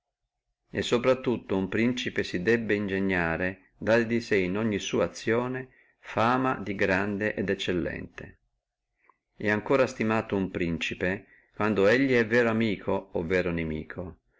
sopra tutto uno principe si debbe ingegnare dare di sé in ogni sua azione fama di uomo grande e di uomo eccellente è ancora stimato uno principe quando elli è vero amico e vero inimico